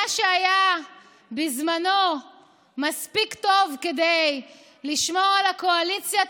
מה שהיה בזמנו מספיק טוב כדי לשמור על קואליציית